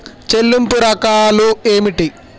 చెల్లింపు రకాలు ఏమిటి?